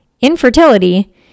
infertility